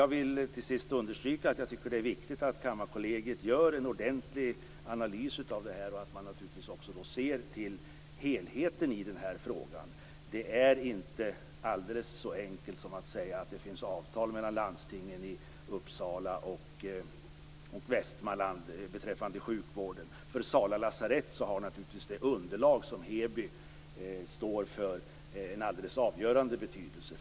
Jag vill till sist understryka att jag tycker att det är viktigt att Kammarkollegiet gör en ordentlig analys av det här och då också ser till helheten i frågan. Det är inte bara så enkelt som att det finns avtal mellan landstingen i Uppsala län och i Västmanlands län beträffande sjukvården. För Sala lasarett har naturligtvis det underlag som Heby står för en alldeles avgörande betydelse.